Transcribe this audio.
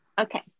Okay